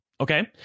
okay